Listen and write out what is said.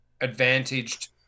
advantaged